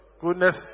goodness